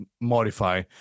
modify